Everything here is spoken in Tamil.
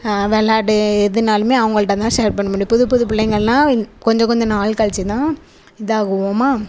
வெளாயாடு எதுனாலுமே அவங்கள்ட்ட தான் ஷேர் பண்ண முடியும் புது புது பிள்ளைங்கள்லாம் கொஞ்சம் கொஞ்சம் நாள் கழிச்சி தான் இதாகுவோமா